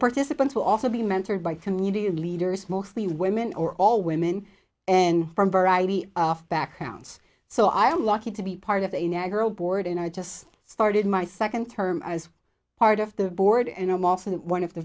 participants will also be mentored by community leaders mostly women or all women and from variety of backgrounds so i am lucky to be part of a nagra board and i just started my second term as part of the board and i'm also one of the